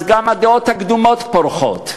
אז גם הדעות הקדומות פורחות,